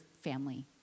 family